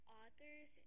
authors